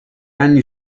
anni